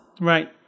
Right